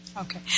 Okay